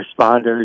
responders